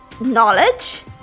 knowledge